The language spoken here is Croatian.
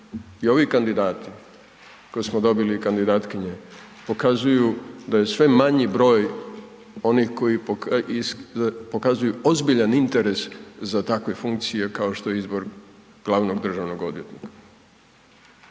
i ovi kandidati koje smo dobili, kandidatkinje pokazuju da je sve manji broj onih koji .../nerazumljivo/... pokazuju ozbiljan interes za takve funkcije kao što je izbor glavnog državnog odvjetnika.